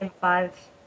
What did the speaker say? five